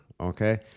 Okay